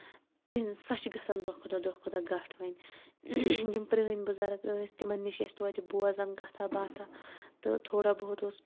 تِہنز سۄ چھےٚ گژھان دۄہ کھۄتہٕ دۄہ دۄہ کھۄتہٕ دۄہ گٹھ وۄنۍ یم پرٲنۍ بُزرٕگ ٲسۍ تِمن نِش ٲسۍ تویتہِ بوزان کَتھا باتھا تہٕ تھوڑا بہت اوس